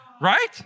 Right